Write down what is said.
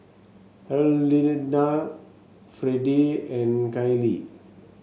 Herlinda Freddie and Caylee